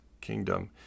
kingdom